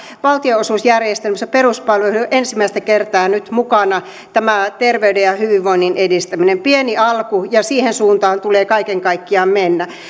valtionosuusjärjestelmässä peruspalveluissa on ensimmäistä kertaa nyt mukana tämä terveyden ja hyvinvoinnin edistäminen pieni alku ja siihen suuntaan tulee kaiken kaikkiaan mennä